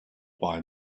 buy